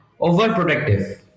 overprotective